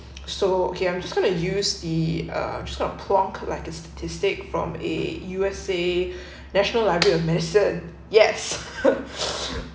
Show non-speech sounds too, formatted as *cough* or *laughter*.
so okay I'm just gonna use the uh I'm just gonna plonk like a statistic from a U_S_A national library of medicine yes *laughs*